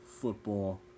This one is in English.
Football